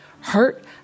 hurt